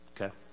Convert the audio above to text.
Okay